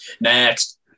Next